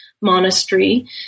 Monastery